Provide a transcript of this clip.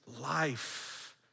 life